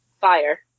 Fire